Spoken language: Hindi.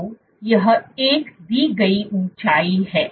तो यह एक दी गई ऊंचाई है